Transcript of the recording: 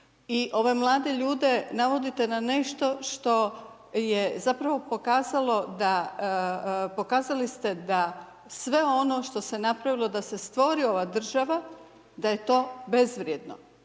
I ove mlade ljude navodite na nešto što je zapravo pokazalo, pokazali ste da sve što se napravilo da se stvori ova država da je to bezvrijedno.